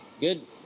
Good